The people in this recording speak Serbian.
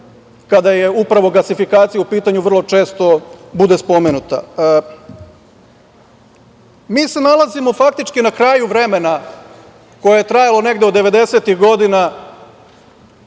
kada je upravo gasifikacija u pitanju, vrlo često bude spomenuta. Mi se nalazimo, faktički, na kraju vremena koje je trajalo negde od